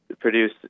produce